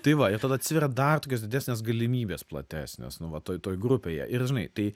tai va ir tada atsiveria dar didesnės galimybės platesnės nu va toj toj grupėje ir žinai tai